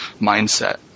mindset